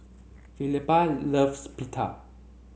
Felipa loves Pita